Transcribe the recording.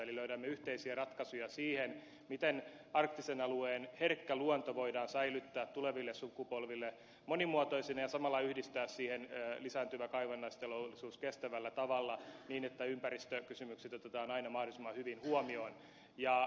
eli löydämme yhteisiä ratkaisuja siihen miten arktisen alueen herkkä luonto voidaan säilyttää tuleville sukupolville monimuotoisena ja samalla yhdistää siihen lisääntyvä kaivannaisteollisuus kestävällä tavalla niin että ympäristökysymykset otetaan aina mahdollisimman hyvin huomioon